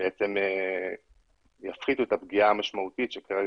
שבעצם יפחיתו את הפגיעה המשמעותית שכרגע